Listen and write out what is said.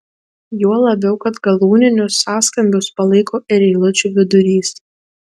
juo labiau kad galūninius sąskambius palaiko ir eilučių vidurys